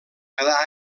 quedar